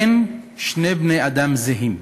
אין שני בני-אדם זהים,